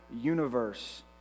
universe